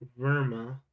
Verma